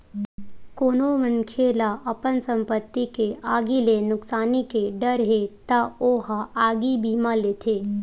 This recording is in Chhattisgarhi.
कोनो मनखे ल अपन संपत्ति के आगी ले नुकसानी के डर हे त ओ ह आगी बीमा लेथे